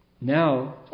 Now